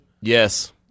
Yes